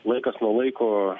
laikas nuo laiko